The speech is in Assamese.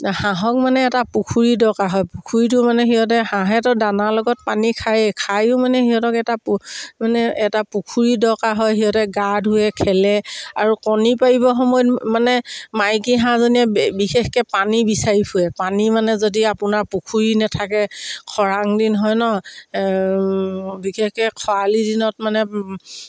হাঁহক মানে এটা পুখুৰী দৰকাৰ হয় পুখুৰীটো মানে সিহঁতে হাঁহেতো দানাৰ লগত পানী খায়েই খায়ো মানে সিহঁতক এটা প মানে এটা পুখুৰী দৰকাৰ হয় সিহঁতে গা ধুৱে খেলে আৰু কণী পাৰিব সময়ত মানে মাইকী হাঁহাজনীয়ে বি বিশেষকৈ পানী বিচাৰি ফুৰে পানী মানে যদি আপোনাৰ পুখুৰী নাথাকে খৰাং দিন হয় ন বিশেষকৈ খৰালি দিনত মানে